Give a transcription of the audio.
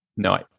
No